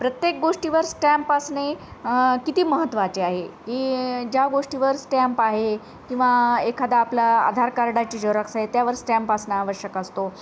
प्रत्येक गोष्टीवर स्टॅम्प असणे किती महत्त्वाचे आहे की ज्या गोष्टीवर स्टॅम्प आहे किंवा एखादा आपला आधार कार्डाची झेरोक्स आहे त्यावर स्टॅम्प असणं आवश्यक असतो